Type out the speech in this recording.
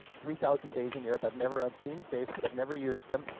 three thousand days in europe i've never i've seen safes but i've never used them,